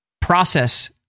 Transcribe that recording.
process